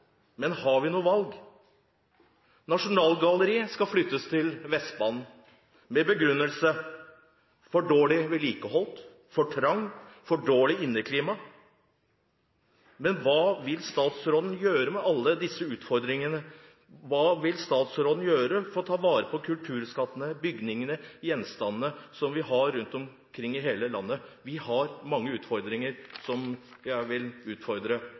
Har vi noe valg? Nasjonalgalleriet skal flyttes til Vestbanen med begrunnelsen for dårlig vedlikehold, for trangt, for dårlig inneklima. Men hva vil statsråden gjøre med alle disse utfordringene? Hva vil statsråden gjøre for å ta vare på kulturskattene, bygningene, gjenstandene som vi har rundt omkring i hele landet? Vi har mange utfordringer, og jeg vil utfordre